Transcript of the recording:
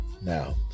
Now